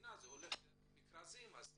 המדינה הוא דרך מכרזים אז אומרים,